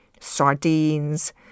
sardines